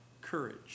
courage